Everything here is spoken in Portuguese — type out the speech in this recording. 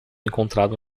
encontrado